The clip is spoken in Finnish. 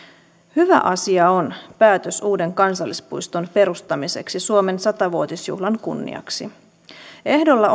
hyvä asia on päätös uuden kansallispuiston perustamiseksi suomen sata vuotisjuhlan kunniaksi ehdolla